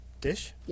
dish